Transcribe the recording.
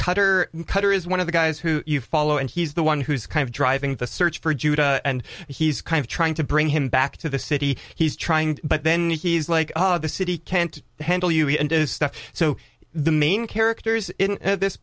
cutter cutter is one of the guys who you follow and he's the one who's kind of driving the search for judah and he's kind of trying to bring him back to the city he's trying but then he's like the city can't handle you and stuff so the main characters in this